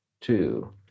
two